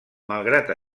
malgrat